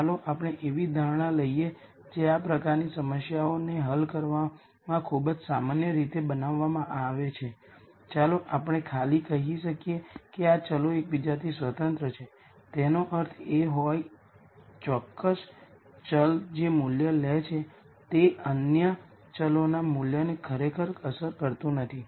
ચાલો આપણે એવી ધારણા લઈએ જે આ પ્રકારની સમસ્યાઓ હલ કરવામાં ખૂબ જ સામાન્ય રીતે બનાવવામાં આવે છે ચાલો આપણે ખાલી કહી શકીએ કે આ વેરીએબલ્સ એકબીજાથી સ્વતંત્ર છે તેનો અર્થ એ કે કોઈ ચોક્કસ વેરીએબલ જે મૂલ્ય લે છે તે અન્ય વેરીએબલ્સ ના મૂલ્યને ખરેખર અસર કરતું નથી